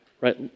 Right